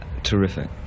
terrific